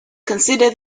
consider